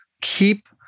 keep